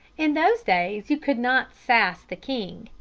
in those days you could not sass the king,